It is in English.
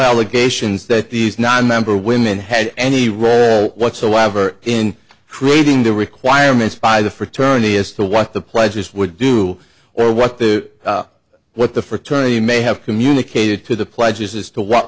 allegations that these nonmember women had any role whatsoever in creating the requirements by the fraternity as to what the pledges would do or what the what the fraternity may have communicated to the pledges as to what